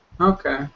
Okay